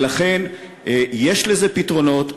לכן, יש לזה פתרונות.